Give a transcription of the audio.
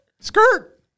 Skirt